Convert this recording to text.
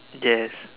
yes